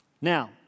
Now